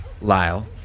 Lyle